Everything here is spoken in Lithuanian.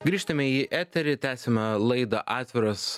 grįžtame į eterį tęsiame laidą atviras